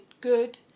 good